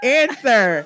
answer